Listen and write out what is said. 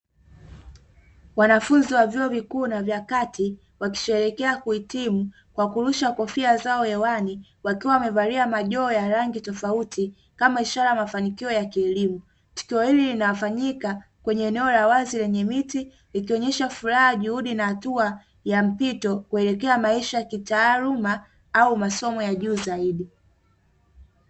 Wanafunzi wa vyuo vikuu na vya kati wakisherehekea kuhitimu kwa kurusha kofia zao hewani, wakiwa wamevalia majoho ya rangi tofauti kama ishara ya mafanikio ya kielimu. Tukio hili linafanyika kwenye eneo la wazi lenye miti, ikionyesha furaha, juhudi na hatua ya mpito, kuelekea maisha ya kitaaluma au masomo ya juu zaidi.